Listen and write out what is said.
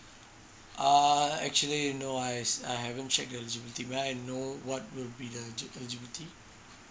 err actually you know I I haven't checked the eligibility may I know what will be the elig~ eligibility